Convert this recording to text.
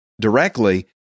directly